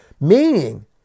Meaning